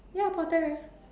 ya potterer